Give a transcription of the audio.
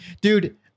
Dude